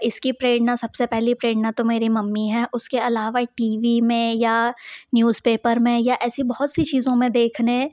इसकी प्रेरणा सब से पहली प्रेरणा तो मेरी मम्मी है उसके अलावा टी वी में या न्यूज़पेपर में या ऐसी बहुत सी चीज़ों में देखने